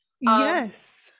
Yes